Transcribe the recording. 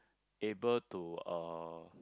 able to uh